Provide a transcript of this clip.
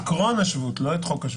את עיקרון השבות, לא את חוק השבות.